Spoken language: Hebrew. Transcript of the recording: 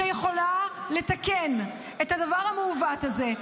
שיכולה לתקן את הדבר המעוות הזה,